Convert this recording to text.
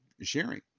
sharing